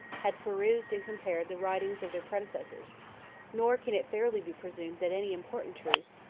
had perused and compared the writings of their predecessors nor can it fairly be presumed that any important truth,